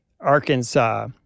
Arkansas